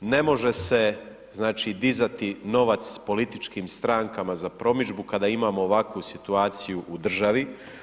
Ne možemo se znači dizati novac političkim stankama za promidžbu kada imamo ovakvu situaciju u državi.